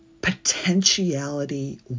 potentiality